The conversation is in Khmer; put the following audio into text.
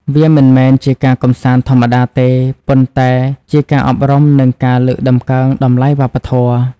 វាមិនមែនជាការកម្សាន្តធម្មតាទេ ប៉ុន្តែជាការអប់រំនិងការលើកតម្កើងតម្លៃវប្បធម៌។